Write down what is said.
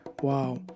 Wow